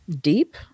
deep